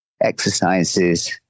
exercises